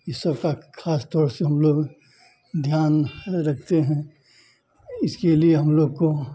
ई सब का खासतौर से हम लोग ध्यान रखते हैं इसके लिए हम लोग को